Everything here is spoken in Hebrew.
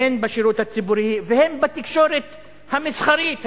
הן בשירות הציבורי והן בתקשורת המסחרית הישראלית,